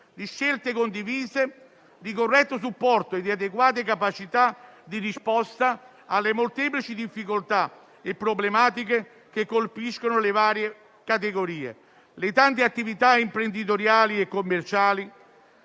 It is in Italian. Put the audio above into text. di scelte condivise, di corretto supporto e di adeguate capacità di risposta alle molteplici difficoltà e problematiche che colpiscono le varie categorie e le tante attività imprenditoriali e commerciali,